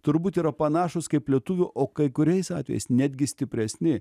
turbūt yra panašūs kaip lietuvių o kai kuriais atvejais netgi stipresni